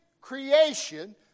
creation